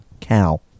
Cow